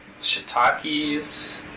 shiitakes